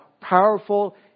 powerful